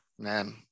Man